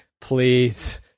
please